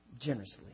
generously